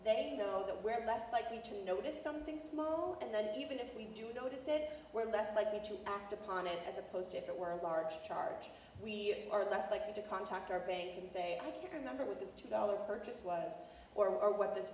they know that we're less likely to notice something small and that even if we do go to said we're less likely to act upon it as opposed to if it were a large charge we are less likely to contact our bank and say i can't remember with this two dollars purchase was or what this